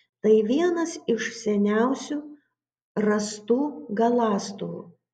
tai vienas iš seniausių rastų galąstuvų